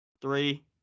three